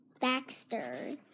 Baxter